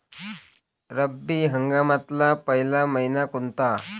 रब्बी हंगामातला पयला मइना कोनता?